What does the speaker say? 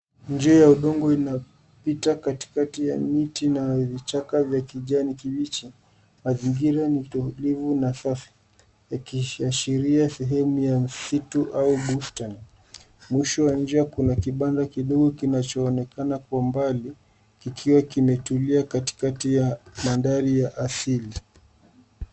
Njia ya uzunguko inapita katikati ya mwitu na wali wa kijani wa miti ya kichakani. Anga linaonekana samawati. Eneo hilo linaashiria sehemu ya msitu wa eneo la mbali. Njia ya uzunguko inaelekea kwenye kibanda kidogo kinachoonekana kwa mbali, kikiwa kimetulia katikati ya mandhari ya asili.